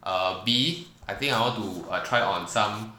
a B I think I want to try on some